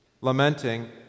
lamenting